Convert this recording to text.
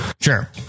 Sure